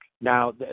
Now